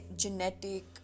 genetic